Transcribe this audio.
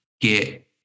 get